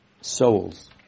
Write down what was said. souls